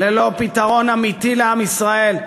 ללא פתרון אמיתי לעם ישראל,